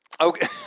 Okay